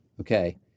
Okay